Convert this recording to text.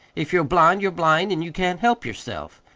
if you're blind you're blind, and you can't help yourself.